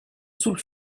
sul